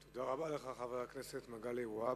תודה רבה לך, חבר הכנסת מגלי והבה.